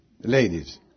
Ladies